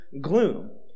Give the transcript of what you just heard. gloom